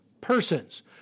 Persons